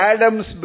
Adam's